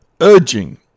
urging